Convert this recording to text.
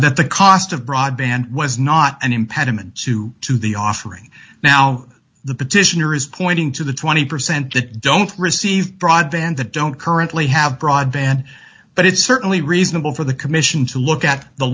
that the cost of broadband was not an impediment to to the offering now the petitioner is pointing to the twenty percent that don't receive broadband that don't currently have broadband but it's certainly reasonable for the commission to look at the